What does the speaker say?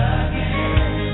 again